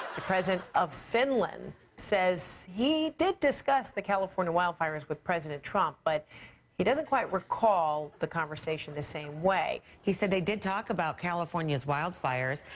the president of finland says he did discuss the california wildfires with president trump, but he doesn't quite recall the conversation the same way. he said they did talk about california's wildfires,